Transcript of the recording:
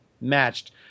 matched